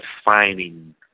defining